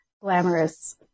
glamorous